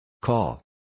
Call